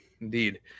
Indeed